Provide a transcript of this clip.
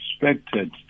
expected